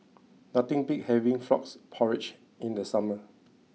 nothing beats having Frog Porridge in the summer